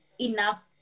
enough